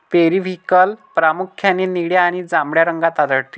periwinkle प्रामुख्याने निळ्या आणि जांभळ्या रंगात आढळते